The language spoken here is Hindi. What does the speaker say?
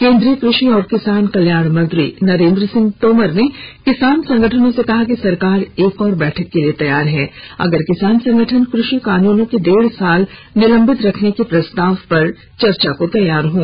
केंद्रीय कृषि एवं किसान कल्याण मंत्री नरेंद्र सिंह तोमर ने किसान संगठनों से कहा कि सरकार एक और बैठक के लिए तैयार है अगर किसान संगठन षि कानूनों के डेढ़ साल निलंबित रखने के प्रस्ताव पर चर्चा को तैयार हों